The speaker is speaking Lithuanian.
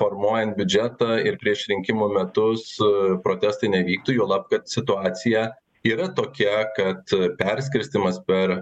formuojant biudžetą ir prieš rinkimų metus su protestai nevyktų juolab kad situacija yra tokia kad perskirstymas per